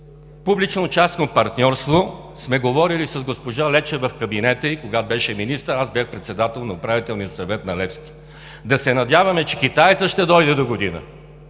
публично-частно партньорство, сме говорили с госпожа Лечева в кабинета й, когато беше министър, а аз бях председател на Управителния съвет на „Левски“. Да се надяваме, че китаецът ще дойде догодина.